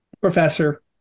Professor